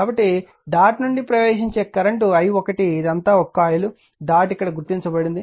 కాబట్టి డాట్ నుండి ప్రవేశించే కరెంట్ i1 ఇదంతా ఒక కాయిల్ డాట్ ఇక్కడ గుర్తించబడింది